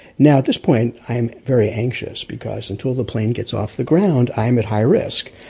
now at this point i'm very anxious, because until the plane gets off the ground, i'm at high risk.